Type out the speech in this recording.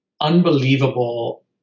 unbelievable